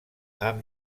amb